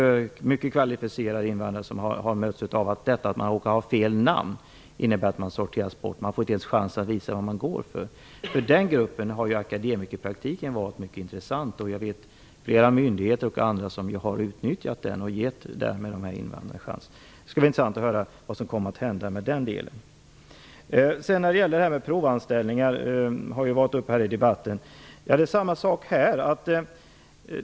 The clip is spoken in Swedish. Vi har mycket kvalificerade invandrare som mötts av att det att man råkar ha "fel" namn innebär att man sorteras bort, man får inte ens en chans att visa vad man går för. För den gruppen har akademikerpraktiken varit mycket intressant. Jag vet att flera myndigheter och även andra har utnyttjat den och därmed gett dessa invandrare en chans. Det skulle vara intressant att höra vad som kommer att hända med den. Frågan om provanställningar har varit uppe till debatt. Det är samma sak här.